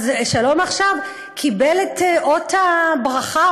אז "שלום עכשיו" קיבלו את אות הברכה,